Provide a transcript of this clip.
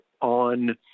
on